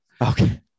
Okay